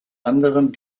anderem